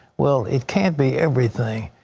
well, it can't be everything.